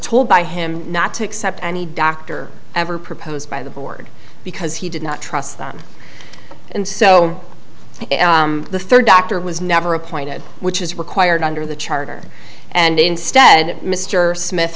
told by him not to accept any doctor ever proposed by the board because he did not trust them and so the third doctor was never appointed which is required under the charter and instead mr smith